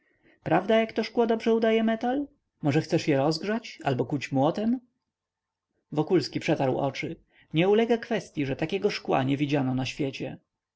prawda jak to szkło dobrze udaje metal może chcesz je rozgrzać albo kuć młotem wokulski przetarł oczy nie ulega kwestyi że takiego szkła nie widziano na świecie